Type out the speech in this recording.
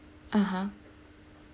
(uh huh)